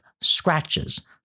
scratches